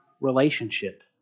relationship